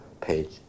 page